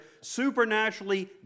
supernaturally